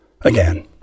Again